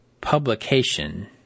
publication